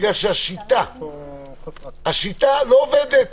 בגלל שהשיטה לא עובדת,